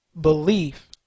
belief